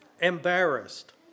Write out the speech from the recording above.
Embarrassed